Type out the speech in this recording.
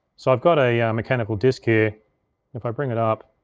so i've got a mechanical disk here, and if i bring it up,